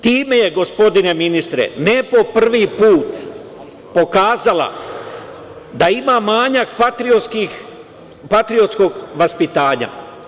Time je, gospodine ministre, ne po prvi put pokazala da ima manjak patriotskog vaspitanja.